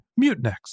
Mutinex